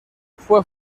fue